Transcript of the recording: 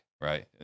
Right